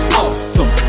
awesome